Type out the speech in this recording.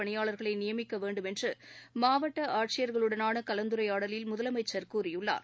பணியாளர்களை நியமிக்க வேண்டும் என்று மாவட்ட ஆட்சியர்களுடனான கலந்துரையாடலில் முதலமைச்சர் கூறியுள்ளார்